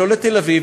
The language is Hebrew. לא לתל-אביב,